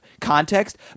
context